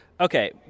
Okay